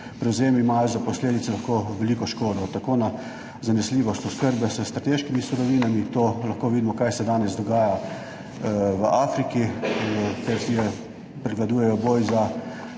imajo za posledice lahko veliko škodo, tako na zanesljivost oskrbe s strateškimi surovinami; to lahko vidimo, kaj se danes dogaja v Afriki, kjer prevladujejo boj za